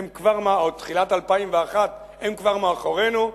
או תחילת 2001, הם כבר מאחורינו,